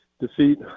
defeat